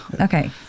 Okay